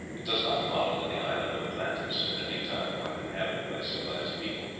it does not follow that the island of atlantis, at any time while inhabited by civilized people,